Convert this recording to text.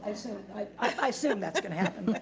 i so i assume that's gonna happen.